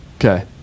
Okay